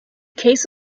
case